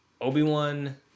Obi-Wan